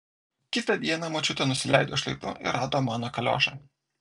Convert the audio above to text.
kitą dieną močiutė nusileido šlaitu ir rado mano kaliošą